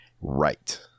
right